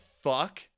Fuck